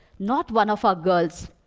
not one of our girls.